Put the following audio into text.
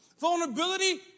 vulnerability